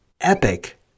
epic